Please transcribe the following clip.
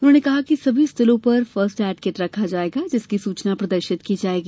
उन्होंने कहा कि सभी स्थलों पर फर्स्ट एड किट रखा जायेगा जिसकी सूचना प्रदर्शित की जाएगी